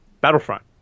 Battlefront